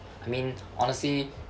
I mean honestly